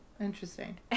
Interesting